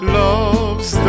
loves